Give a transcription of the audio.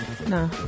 No